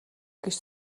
гэж